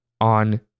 on